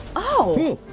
oh,